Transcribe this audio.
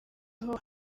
aho